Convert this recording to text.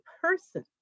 person